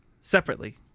separately